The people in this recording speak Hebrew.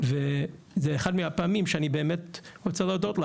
וזה אחת מהפעמים שאני באמת רוצה להודות.